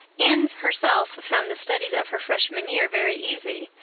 anne herself found the studies of her freshman year very easy,